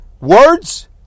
Words